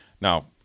Now